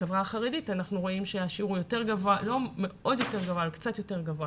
בחברה החרדית אנחנו רואים שהשיעור הוא קצת יותר גבוה.